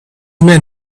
men